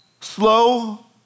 slow